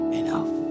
enough